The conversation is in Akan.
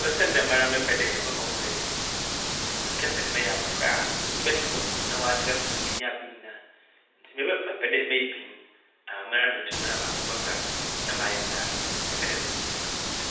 Megye dzi dɛ nyɛnko ma enyigye kyɛn ho kafo. Ntsi sɛ ɔwɔ mu dɛ - ɔba no dɛ menye obi ntu kwan nkɔ beebi a, me nyɛnko na mɛbɛpɛ dɛ menye no bɔkɔ kyɛn moho kafo.